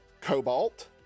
Cobalt